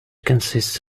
consists